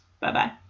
Bye-bye